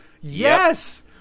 Yes